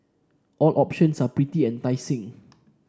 all options are pretty enticing